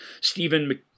Stephen